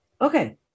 okay